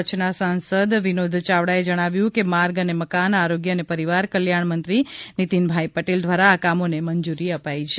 કચ્છનાં સાંસદ વિનોદ ચાવડાએ જણાવ્યુ છે કે માર્ગ અને મકાન આરોગ્ય અને પરિવાર કલ્યાણમંત્રી નીતિન પટેલ દ્વારા આ કામોને મંજુરી અપાઈ છે